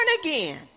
again